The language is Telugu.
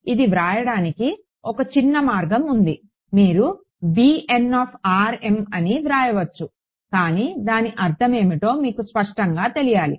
ఇది వ్రాయడానికి ఒక చిన్న మార్గం ఉంది మీరు bn అని వ్రాయవచ్చు కానీ దాని అర్థం ఏమిటో మీకు స్పష్టంగా తెలియాలి